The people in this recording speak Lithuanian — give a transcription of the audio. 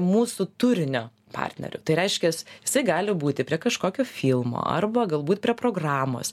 mūsų turinio partneriu tai reiškias jisai gali būti prie kažkokio filmo arba galbūt prie programos